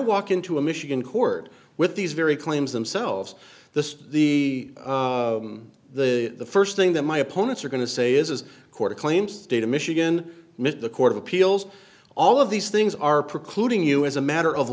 walk into a michigan court with these very claims themselves the the the the st thing that my opponents are going to say is is court a claim state of michigan missed the court of appeals all of these things are precluding you as a matter of